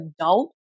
adult